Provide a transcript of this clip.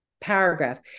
paragraph